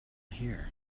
here